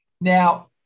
Now